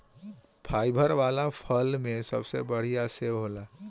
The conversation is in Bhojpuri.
फाइबर वाला फल में सबसे बढ़िया सेव होला